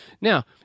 Now